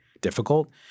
difficult